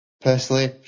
Personally